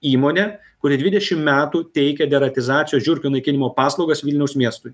įmonė kuri dvidešim metų teikė deratizacijos žiurkių naikinimo paslaugas vilniaus miestui